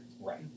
Right